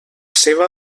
seva